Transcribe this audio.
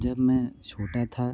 जब मैं छोटा था